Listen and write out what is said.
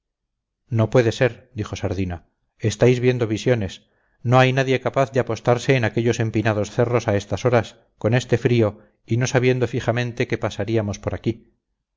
no puede ser dijo sardina estáis viendo visiones no hay nadie capaz de apostarse en aquellos empinados cerros a estas horas con este frío y no sabiendo fijamente que pasaríamos por aquí